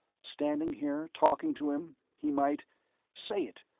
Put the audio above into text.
standing here, talking to him, he might say it!